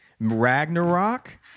Ragnarok